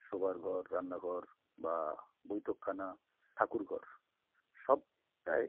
শোয়ার ঘর রান্নাঘর বা বৈঠকখানা ঠাকুরঘর সব প্রায়